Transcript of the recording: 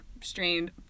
strained